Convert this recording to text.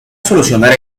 solucionar